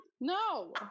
no